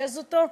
נאשפז אותו?